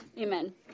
amen